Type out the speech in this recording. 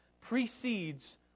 precedes